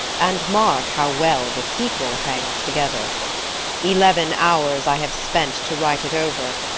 and mark how well the sequel hangs together eleven hours i have spent to write it over,